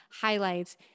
highlights